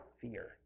fear